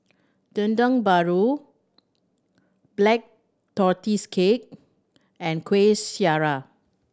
Dendeng Paru Black Tortoise Cake and Kuih Syara